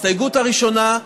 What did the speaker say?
ההסתייגות הראשונה,